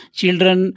children